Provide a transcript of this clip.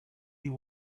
you